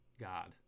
God